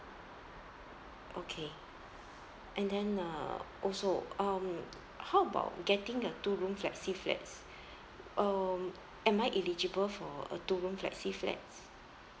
okay and then uh also um how about getting a two room flexi flat um am I eligible for a two room flexi flat